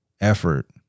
effort